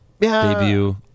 debut